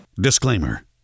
Disclaimer